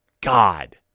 God